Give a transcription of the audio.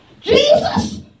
Jesus